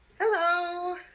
Hello